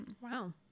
Wow